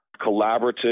collaborative